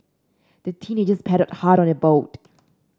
the teenagers paddled hard on they boat